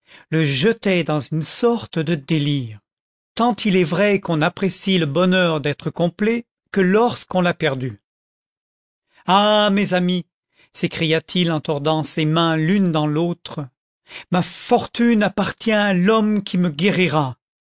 le jetait dans une sorte de délire tant il est vrai qu'on n'apprécie le bonheur d'être complet que lorsqu'on l'a perdu content from google book search generated at ah mes amis s'écriait-il en tordant ses mains l'une dans l'autre ma fortune appartient à l'homme qui me guérira